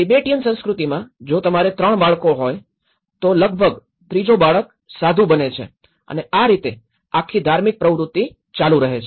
Tibetan સંસ્કૃતિમાં જો તમારે ૩ બાળકો હોય તો લગભગ ત્રીજો બાળક સાધુ બને છે અને આ રીતે આ આખી ધાર્મિક પ્રવૃતિ ચાલુ રહે છે